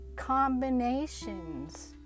combinations